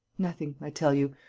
nothing, i tell you.